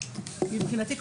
מבחינתי,